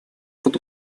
под